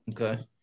Okay